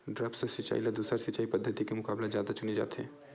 द्रप्स सिंचाई ला दूसर सिंचाई पद्धिति के मुकाबला जादा चुने जाथे